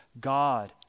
God